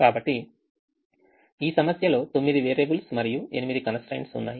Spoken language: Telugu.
కాబట్టి ఈ సమస్యలో 9 వేరియబుల్స్ మరియు 8 constraints ఉన్నాయి